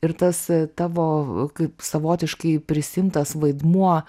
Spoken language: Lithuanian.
ir tas tavo kaip savotiškai prisiimtas vaidmuo